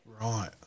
Right